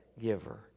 giver